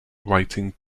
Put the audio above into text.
writing